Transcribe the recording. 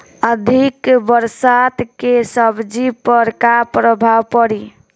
अधिक बरसात के सब्जी पर का प्रभाव पड़ी?